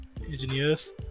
engineers